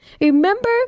Remember